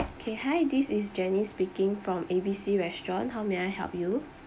okay hi this is janice speaking from A B C restaurant how may I help you